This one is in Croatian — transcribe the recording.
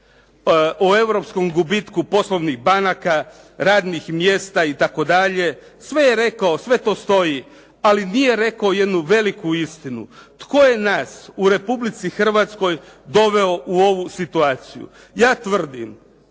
o europskom gubitku poslovnih banaka, radnih mjesta itd. Sve je rekao, sve to stoji. Ali nije rekao jednu veliku istinu – tko je nas u Republici Hrvatskoj doveo u ovu situaciju. Ja tvrdim,